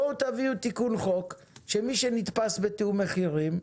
בואו תביאו תיקון חוק שמי שנתפס בתיאום מחירים,